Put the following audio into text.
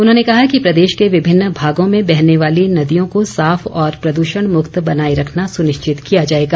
उन्होंने कहा कि प्रदेश के विभिन्न भागों में बहने वाली नदियों को साफ और प्रद्षण मुक्त बनाए रखना सुनिश्चित किया जाएगा